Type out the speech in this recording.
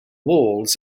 walls